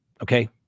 Okay